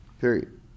period